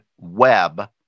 web